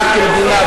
המדינה כמדינה,